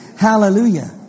Hallelujah